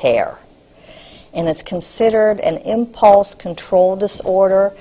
hair and it's considered an impulse control disorder